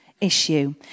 issue